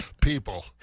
People